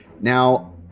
Now